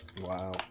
Wow